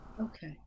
Okay